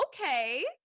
Okay